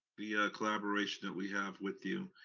the collaboration that we have with you.